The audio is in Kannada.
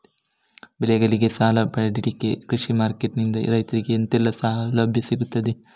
ಬೆಳೆಗಳಿಗೆ ಸಾಲ ಪಡಿಲಿಕ್ಕೆ ಕೃಷಿ ಮಾರ್ಕೆಟ್ ನಿಂದ ರೈತರಿಗೆ ಎಂತೆಲ್ಲ ಸೌಲಭ್ಯ ಸಿಗ್ತದ?